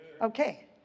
Okay